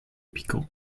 piquant